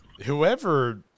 whoever